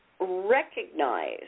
Recognize